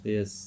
Yes